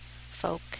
folk